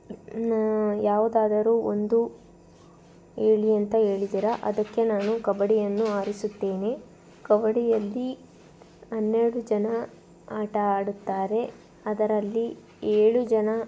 ಯಾವುದಾದರೂ ಒಂದು ಹೇಳಿ ಅಂತ ಹೇಳಿದ್ದೀರ ಅದಕ್ಕೆ ನಾನು ಕಬಡ್ಡಿ ಅನ್ನು ಆರಿಸುತ್ತೇನೆ ಕಬಡ್ಡಿ ಅಲ್ಲಿ ಹನ್ನೆರಡು ಜನ ಆಟ ಆಡುತ್ತಾರೆ ಅದರಲ್ಲಿ ಏಳು ಜನ